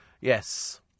Yes